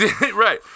right